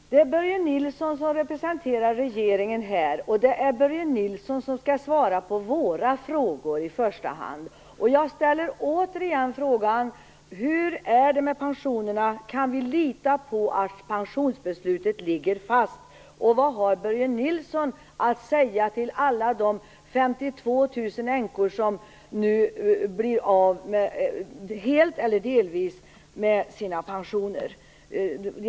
Fru talman! Det är Börje Nilsson som här representerar regeringen, och Börje Nilsson skall i första hand svara på våra frågor. Jag frågar återigen: Hur är det med pensionerna? Kan vi lita på att pensionsbeslutet ligger fast? Och vad har Börje Nilsson att säga till alla de 52 000 änkor som nu helt eller delvis blir av med sina pensioner?